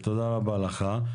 תודה רבה לך.